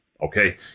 okay